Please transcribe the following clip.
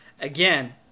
Again